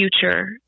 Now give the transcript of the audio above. future